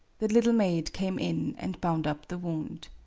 the little maid came in and bound up the wound.